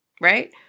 right